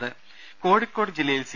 ദേഴ കോഴിക്കോട് ജില്ലയിൽ സി